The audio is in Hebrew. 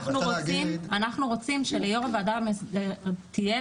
אנחנו רוצים שליושב-ראש הוועדה המאסדרת יהיה